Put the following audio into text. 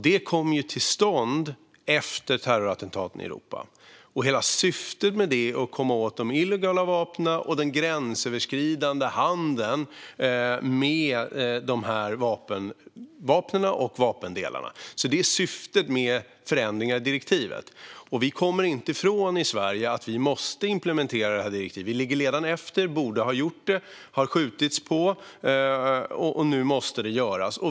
Det kom till stånd efter terrorattentaten i Europa, och hela syftet med det är att man ska komma åt de illegala vapnen och den gränsöverskridande handeln med dessa vapen och vapendelar. Det är syftet med förändringarna i direktivet. Vi i Sverige kommer inte ifrån att vi måste implementera det direktivet. Vi ligger redan efter. Vi borde ha gjort det. Det har skjutits på, och nu måste det göras.